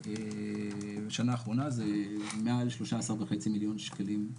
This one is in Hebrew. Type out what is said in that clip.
בשנה האחרונה זה מעל 13.5 מיליון שקלים.